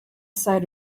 sight